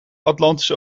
atlantische